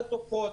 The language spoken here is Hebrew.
על התופרות,